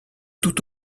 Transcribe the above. tout